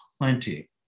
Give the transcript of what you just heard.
plenty